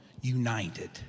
united